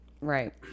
Right